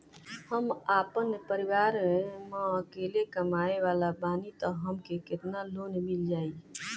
हम आपन परिवार म अकेले कमाए वाला बानीं त हमके केतना लोन मिल जाई?